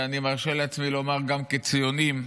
אני מרשה לעצמי לומר, גם כציונים,